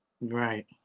Right